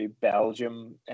Belgium